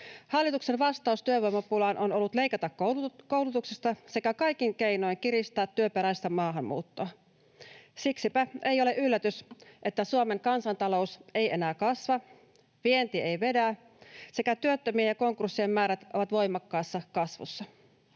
Hallituksen vastaus työvoimapulaan on ollut leikata koulutuksesta sekä kaikin keinoin kiristää työperäistä maahanmuuttoa. Siksipä ei ole yllätys, että Suomen kansantalous ei enää kasva, vienti ei vedä sekä työttömien ja konkurssien määrät ovat voimakkaassa kasvussa.